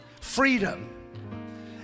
freedom